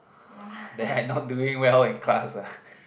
that I not doing well in class ah